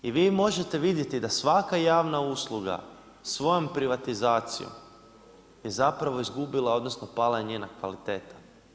I vi možete vidjeti da svaka javna ustanova svojom privatizacijom je zapravo izgubila, odnosno, pala je njena kvaliteta.